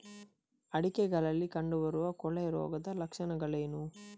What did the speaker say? ಅಡಿಕೆಗಳಲ್ಲಿ ಕಂಡುಬರುವ ಕೊಳೆ ರೋಗದ ಲಕ್ಷಣವೇನು?